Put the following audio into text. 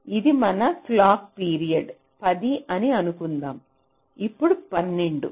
ఇది మన clock period 10 అని అనుకుందాం ఇప్పుడు 12